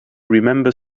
remember